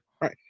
Right